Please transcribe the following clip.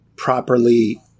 properly